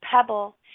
pebble